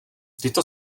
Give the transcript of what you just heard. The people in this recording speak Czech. tyto